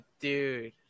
dude